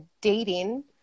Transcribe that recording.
dating